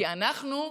כי אנחנו,